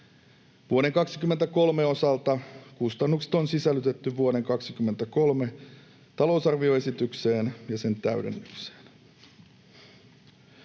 Vuoden 23 osalta kustannukset on sisällytetty vuoden 23 talousarvioesitykseen ja sen täydennykseen.